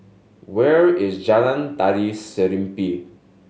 where is Jalan Tari Serimpi